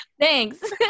Thanks